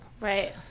Right